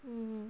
mm